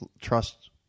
trust